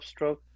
upstroke